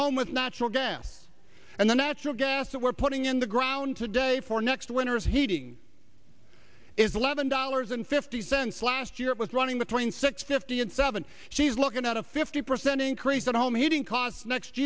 home with natural gas and the natural gas that we're putting in the ground today for next winter is heating is eleven dollars and fifty cents last year it was running between six fifty and seven she's looking at a fifty percent increase in home heating costs next